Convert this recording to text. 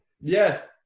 Yes